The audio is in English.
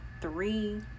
three